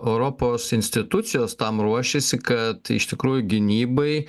europos institucijos tam ruošiasi kad iš tikrųjų gynybai